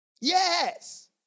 Yes